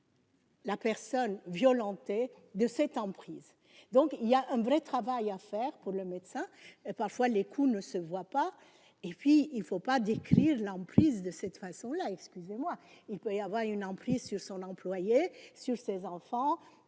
La personne violentée de cette emprise donc il y a un vrai travail à faire pour le médecin, et parfois les coups ne se voit pas, et puis il ne faut pas décrire l'emprise de cette façon-là, excusez-moi, il peut y avoir une emprise sur son employé sur ses enfants